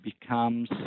becomes